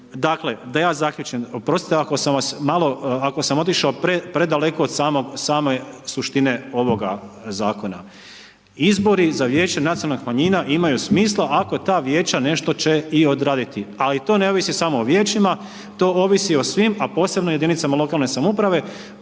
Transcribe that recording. Dakle, da ja zaključim, oprostite ako sam vas malo, ako sam otišao predaleko od samog, same suštine ovoga zakona. Izbori za Vijeće nacionalnih manjina imaju smisla ako ta vijeća nešto će i odraditi, ali to ne ovisi samo o vijeća to ovisi i o svim, a posebno o jedinicama lokalne samouprave